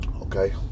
Okay